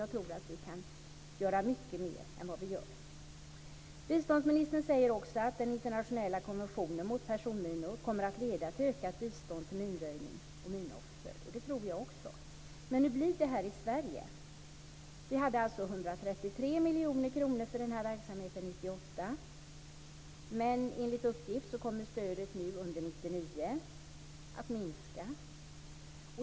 Jag tror att vi kan göra mycket mer än vad vi gör. Biståndsministern säger också att den internationella konventionen mot personminor kommer att leda till ökat bistånd till minröjning och minoffer. Det tror också jag. Men hur blir det här i Sverige? Vi hade Enligt uppgift kommer stödet under 1999 att minska.